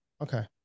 Okay